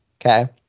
Okay